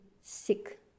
sick